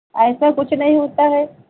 ऐसा कुछ नही होता है